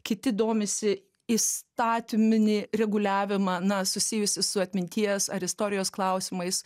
kiti domisi įstatyminį reguliavimą na susijusi su atminties ar istorijos klausimais